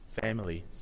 family